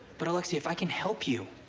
but, alexia, if i can help you,